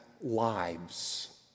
lives